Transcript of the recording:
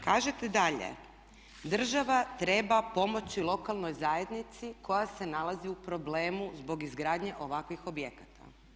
Kažete dalje država treba pomoći lokalnoj zajednici koja se nalazi u problemu zbog izgradnje ovakvih objekata.